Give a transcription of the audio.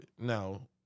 now